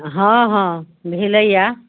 हँ हँ भेलैया